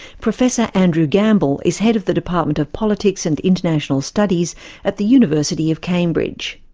professor andrew gamble is head of the department of politics and international studies at the university of cambridge.